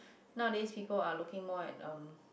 nowadays people are looking more at um